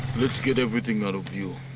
let's get everything out of view.